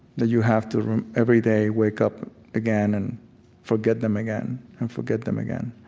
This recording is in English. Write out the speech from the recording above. that you have to every day wake up again and forget them again and forget them again